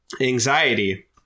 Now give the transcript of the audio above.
Anxiety